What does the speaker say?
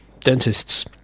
dentists